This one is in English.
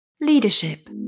leadership